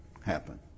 happen